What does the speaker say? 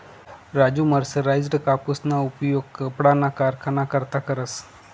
Raju mercerised कापूसना उपयोग कपडाना कारखाना करता करस